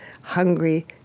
hungry